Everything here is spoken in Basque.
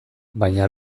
baina